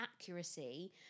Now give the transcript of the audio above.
accuracy